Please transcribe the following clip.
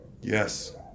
Yes